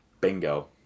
Bingo